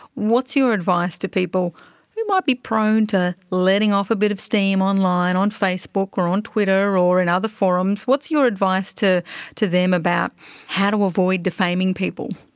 what's your advice to people who might be prone to letting off a bit of steam online, on facebook or on twitter or in other forums, what's your advice to to them about how to avoid defaming people?